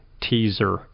teaser